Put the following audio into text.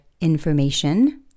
information